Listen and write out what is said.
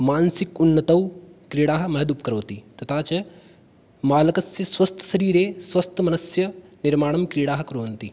मानसिक उन्नतौ क्रीडाः महदुपकरोति तथा च बालकस्य स्वस्थशरीरे स्वस्थमनस्य निर्माणं क्रीडाः कुर्वन्ति